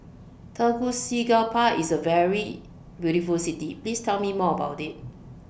Tegucigalpa IS A very beautiful City Please Tell Me More about IT